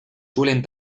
suelen